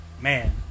Man